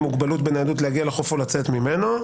מוגבלות בניידות להגיע לחוף או לצאת ממנו"